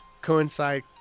coincide